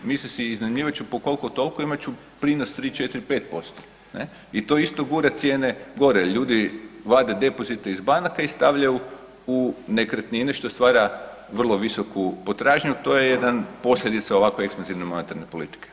Misle si iznajmljivat će po kolko-tolko, imat ću prinos 3, 4, 5%, ne, i to isto gura cijene gore jer ljudi vade depozite iz banaka i stavljaju u nekretnine što stvara vrlo visoku potražnju, to je jedna posljedica ovakve ekspanzivne monetarne politike.